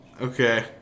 Okay